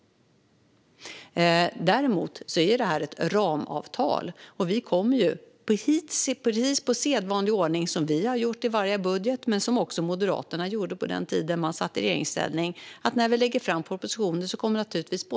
Däremot är detta ett ramavtal. Vi kommer i sedvanlig ordning att göra som vi har gjort i fråga om varje budget och som också Moderaterna gjorde på den tiden då de satt i regeringsställning.